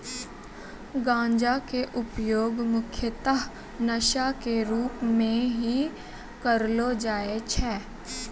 गांजा के उपयोग मुख्यतः नशा के रूप में हीं करलो जाय छै